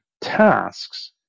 tasks